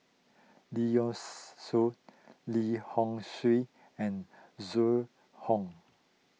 Lee Yocks Suan Lim Hock Siew and Zhu Hong